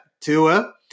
Tua